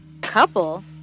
Couple